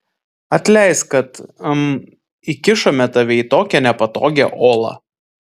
atleisk kad hm įkišome tave į tokią nepatogią olą